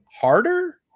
harder